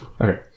Okay